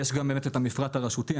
יש גם את המפרט הרשותי.